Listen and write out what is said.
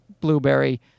blueberry